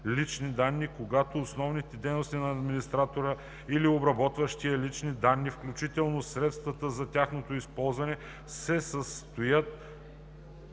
лични данни, когато основните дейности на администратора или обработващия лични данни, включително средствата за тяхното изпълнение, се състоят